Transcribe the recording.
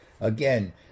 Again